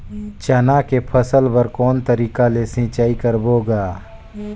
चना के फसल बर कोन तरीका ले सिंचाई करबो गा?